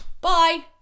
bye